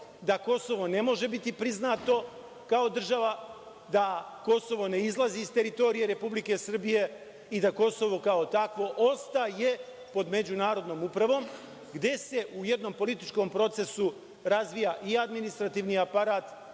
da Kosovo ne može biti priznato, kao država, da Kosovo ne izlazi iz teritorije Republike Srbije i da Kosovo kao takvo ostaje pod međunarodnom upravom gde se u jednom političkom procesu razvija i administrativni aparat